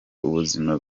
ubuzima